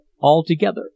altogether